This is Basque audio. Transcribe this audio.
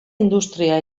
industria